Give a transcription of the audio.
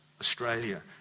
Australia